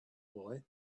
boy